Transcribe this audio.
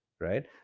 right